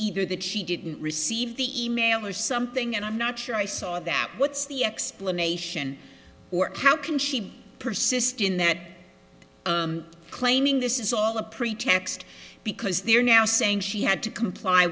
either that she didn't receive the e mail or something and i'm not sure i saw that what's the explanation or how can she persist in that claiming this is all a pretext because they're now saying she had to comply